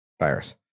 virus